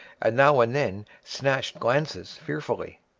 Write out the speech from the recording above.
and now and then snatched glances fearfully.